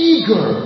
Eager